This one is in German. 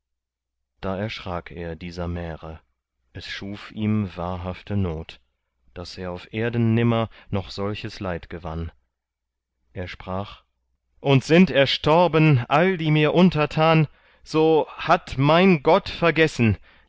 da erschrak er dieser märe es schuf ihm wahrhafte not daß er auf erden nimmer noch solches leid gewann er sprach und sind erstorben all die mir untertan so hat mein gott vergessen